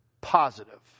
positive